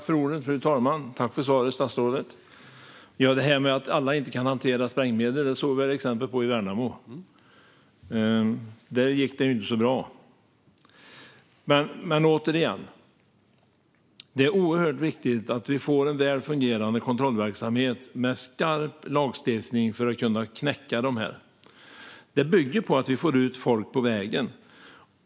Fru talman! Jag tackar statsrådet för svaret. Att alla inte kan hantera sprängmedel såg vi exempel på i Värnamo. Där gick det inte så bra. Återigen är det oerhört viktigt att vi får en väl fungerande kontrollverksamhet med skarp lagstiftning för att knäcka dessa kriminella nätverk. Det bygger på att vi får ut folk på vägen.